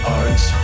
arts